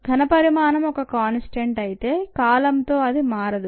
ఘనపరిమాణం ఒక కాన్స్టాంట్ అయితే కాలంతో అది మారదు